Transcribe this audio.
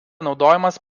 naudojamas